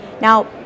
Now